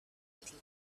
little